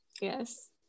Yes